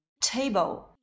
Table